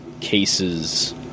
cases